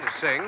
sing